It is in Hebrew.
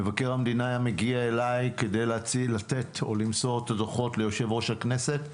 מבקר המדינה היה מגיע אליי כדי לתת או למסור את הדוחות ליושב-ראש הכנסת.